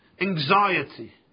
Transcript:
anxiety